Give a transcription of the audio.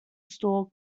store